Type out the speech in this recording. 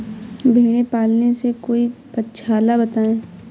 भेड़े पालने से कोई पक्षाला बताएं?